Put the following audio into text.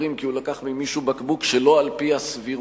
אחרים כי הוא לקח ממישהו בקבוק שלא על-פי הסבירות,